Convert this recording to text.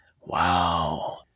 Wow